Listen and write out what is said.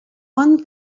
one